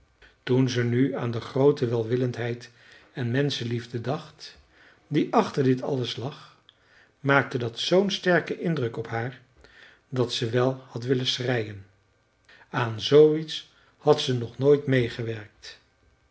toen ze nu aan de groote welwillendheid en menschenliefde dacht die achter dit alles lag maakte dat zoo'n sterken indruk op haar dat ze wel had willen schreien aan zooiets had ze nog nooit meêgewerkt